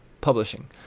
Publishing